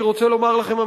אני רוצה לומר לכם,